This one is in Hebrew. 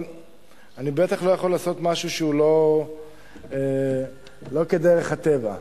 אבל אני בטח לא יכול לעשות משהו שלא כדרך הטבע.